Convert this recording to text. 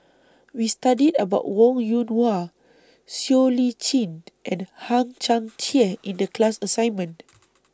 We studied about Wong Yoon Wah Siow Lee Chin and Hang Chang Chieh in The class assignment